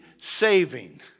saving